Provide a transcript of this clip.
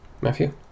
Matthew